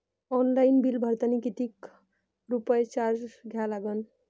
Online bill भरतानी कितीक रुपये चार्ज द्या लागन?